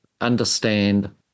understand